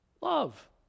Love